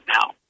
now